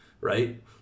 right